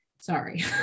Sorry